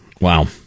Wow